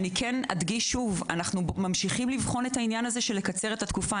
אדגיש שוב שאנחנו ממשיכים לבחון את העניין הזה של קיצור התקופה.